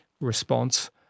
response